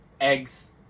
eggs